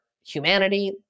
humanity